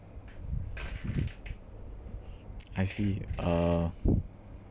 I see uh